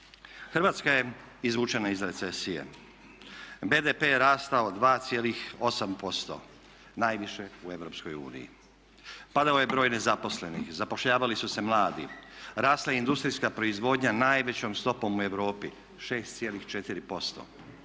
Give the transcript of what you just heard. Hrvatska je izvučena iz recesije, BDP je rastao 2,8% najviše u EU, padao je broj nezaposlenih, zapošljavali su se mladi, rasla je industrijska proizvodnja najvećom stopom u Europi 6,4%,